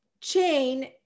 chain